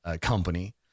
company